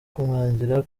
kumwangira